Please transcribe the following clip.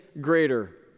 greater